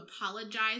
apologize